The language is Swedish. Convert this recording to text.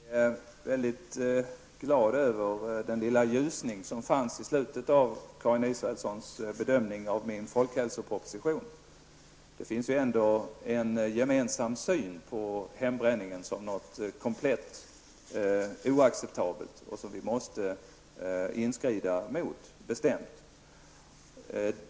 Herr talman! Jag är väldigt glad över den lilla ljusning som fanns i slutet av Karin Israelssons bedömning av min folkhälsoproposition. Det finns ändå en gemensam syn på hembränningen som någonting totalt oacceptabelt och som man bestämt måste inskrida emot.